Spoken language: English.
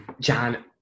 John